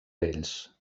ells